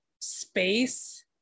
space